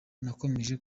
nakomeje